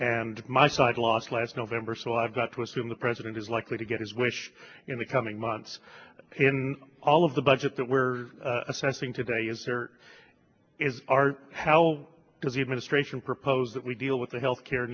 and my side lost last november so i've got to assume the president is likely to get his wish in the coming months in all of the budget that we're assessing today is or is are how does the administration propose that we deal with the health care